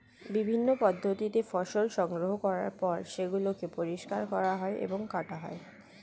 বিভিন্ন পদ্ধতিতে ফসল সংগ্রহ করার পর সেগুলোকে পরিষ্কার করা হয় এবং কাটা হয়